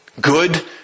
Good